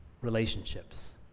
relationships